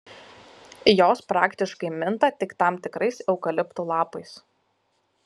jos praktiškai minta tik tam tikrais eukaliptų lapais